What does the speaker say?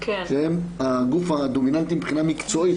והם הגוף הדומיננטי מבחינה מקצועית,